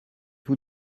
vous